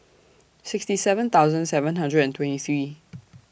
sixty seven thousand seven hundred and twenty three